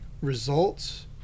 results